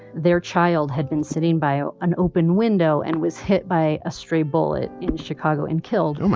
their child had been sitting by ah an open window and was hit by a stray bullet in chicago and killed him.